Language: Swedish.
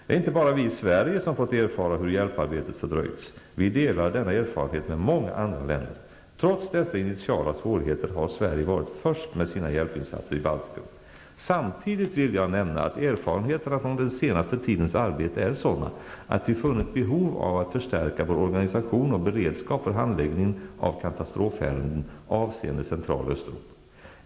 Det är inte bara vi i Sverige som fått erfara hur hjälparbetet fördröjts. Vi delar denna erfarenhet med många andra länder. Trots dessa initiala svårigheter har Sverige varit först med sina hjälpinsatser i Baltikum. Samtidigt vill jag nämna att erfarenheterna från den senaste tidens arbete är sådana att vi funnit behov av att förstärka vår organisation och beredskap för handläggningen av katastrofärenden avseende Central och Östeuropa.